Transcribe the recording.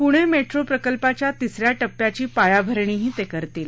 Pune metro प्रकल्पाच्या तिसऱ्या उप्याची पायाभरणीही ते करतील